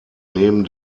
neben